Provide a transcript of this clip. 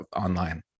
online